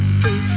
see